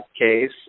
case